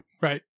Right